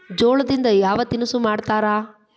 ಜೋಳದಿಂದ ಯಾವ ತಿನಸು ಮಾಡತಾರ?